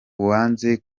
uwanze